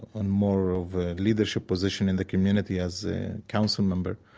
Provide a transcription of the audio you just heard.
in more of a leadership position in the community as council member,